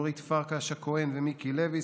אורית פרקש הכהן ומיקי לוי,